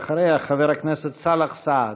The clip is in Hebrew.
אחריה, חבר הכנסת סאלח סעד.